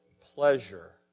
pleasure